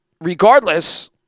regardless